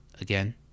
again